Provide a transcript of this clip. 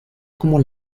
como